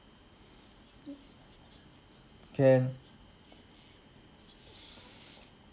can